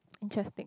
interesting